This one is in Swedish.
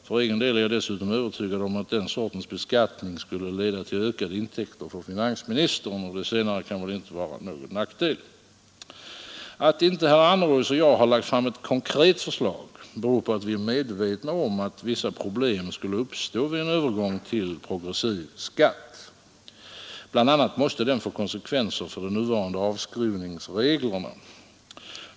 För egen del är jag dessutom övertygad om att den sortens beskattning skulle leda till ökade intäkter för finansministern, och det kan väl inte vara någon nackdel. Att inte herr Annerås och jag har lagt fram ett konkret förslag beror på att vi är medvetna om att vissa problem skulle uppstå vid en övergång till progressiv skatt. Bl. a. måste den få konsekvenser för de nuvarande avskrivningsreglerna.